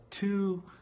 two